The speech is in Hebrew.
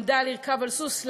למדה לרכוב על סוס,